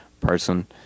person